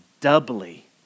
doubly